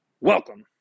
Welcome